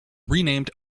renamed